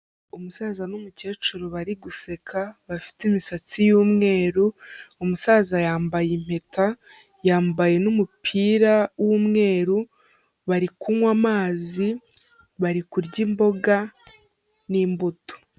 Umusaza n'umukecuru bari guseka, bafite imisatsi y'umweru, umusaza yambaye impeta, yambaye n'umupira w'umweru, bari kunywa amazi, bari kurya imboga n'imbuto.